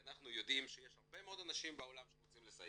כי אנחנו יודעים שיש הרבה מאד אנשים בעולם שרוצים לסייע,